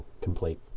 complete